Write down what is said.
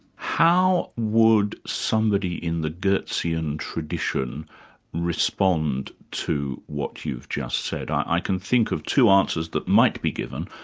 how would somebody in the geertzian tradition respond to what you've just said? i can think of two answers that might be given.